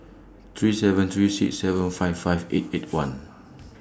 three seven three six seven five five eight eight one